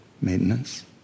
maintenance